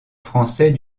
français